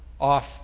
off